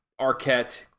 Arquette